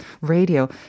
radio